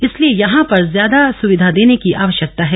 इसलिए यहां पर ज्यादा सुविधा देने की आवश्यकता है